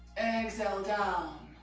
bexhale, down.